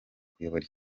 kuyobora